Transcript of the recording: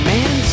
Man